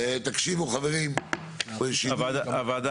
הוועדה